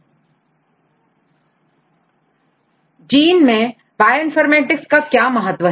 Gene expression में bioinformatics का क्या महत्व है